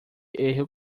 erro